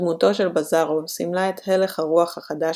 דמותו של בזארוב סימלה את הלך הרוח החדש